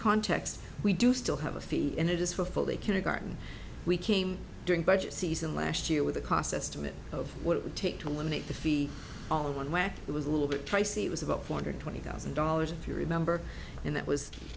context we do still have a fee and it is for fully kindergarten we came during budget season last year with a cost estimate of what it would take to eliminate the fee on one where it was a little bit pricey it was about four hundred twenty thousand dollars if you remember and that was